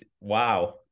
wow